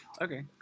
Okay